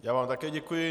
Já vám také děkuji.